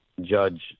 judge